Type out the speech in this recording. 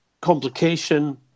complication